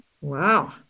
Wow